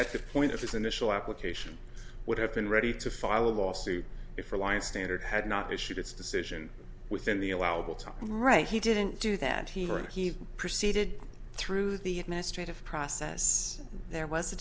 at the point of his initial application would have been ready to file a lawsuit if reliance standard had not issued its decision within the allowable time right he didn't do that he proceeded through the administrative process there was a